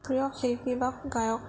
প্ৰিয় শিল্পী বা গায়ক